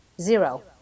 Zero